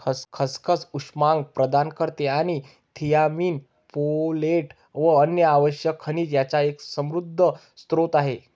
खसखस उष्मांक प्रदान करते आणि थियामीन, फोलेट व अन्य आवश्यक खनिज यांचा एक समृद्ध स्त्रोत आहे